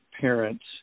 parents